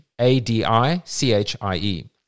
A-D-I-C-H-I-E